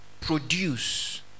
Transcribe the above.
produce